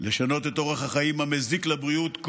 לשנות את אורח החיים המזיק לבריאות,